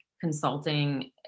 consulting